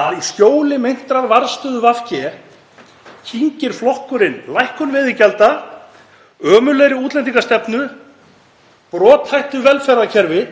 að í skjóli meintrar varðstöðu VG kyngir flokkurinn lækkun veiðigjalda, ömurlegri útlendingastefnu, brothættu velferðarkerfi,